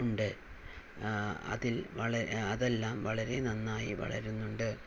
ഉണ്ട് അതിൽ വള അതെല്ലാം വളരെ നന്നായി വളരുന്നുണ്ട്